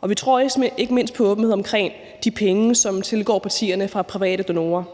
og vi tror ikke mindst på åbenhed omkring de penge, som tilgår partierne fra private donorer.